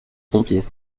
pompiers